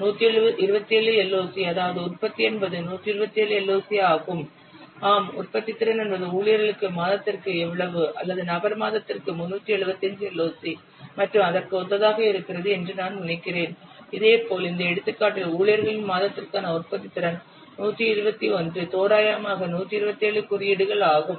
127 LOC அதாவது உற்பத்தி என்பது 127 LOC ஆகும் ஆம் உற்பத்தித்திறன் என்பது ஊழியர்களுக்கு மாதத்திற்கு எவ்வளவு அல்லது நபர் மாதத்திற்கு 375 LOC மற்றும் அதற்கு ஒத்ததாக இருக்கிறது என்று நான் நினைக்கிறேன் இதேபோல் இந்த எடுத்துக்காட்டில் ஊழியர்களின் மாதத்திற்கான உற்பத்தித்திறன் 121 தோராயமாக 127 குறியீடு கோடுகள் ஆகும்